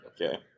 okay